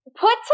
Put